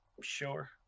Sure